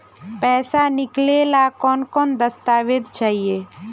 पैसा निकले ला कौन कौन दस्तावेज चाहिए?